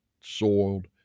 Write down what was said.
soiled